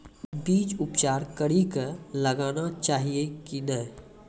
बीज उपचार कड़ी कऽ लगाना चाहिए कि नैय?